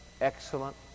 excellent